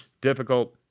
difficult